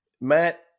Matt